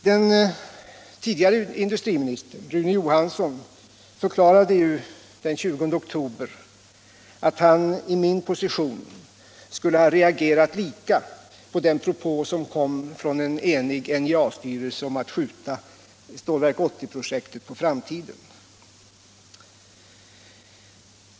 Den tidigare industriministern Rune Johansson förklarade ju den 20 oktober att han i min position skulle ha reagerat på samma sätt på den propå som gjordes från en enig NJA-styrelse om att skjuta Stålverk 80 projektet på framtiden.